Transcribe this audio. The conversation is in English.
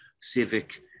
civic